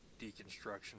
deconstruction